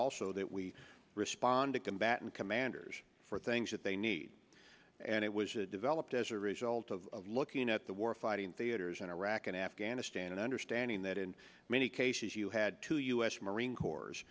also that we respond to combatant commanders for things that they need and it was developed as a result of looking at the war fighting theaters in iraq and afghanistan understanding that in many cases you had two u s marine corps